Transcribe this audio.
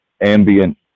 ambient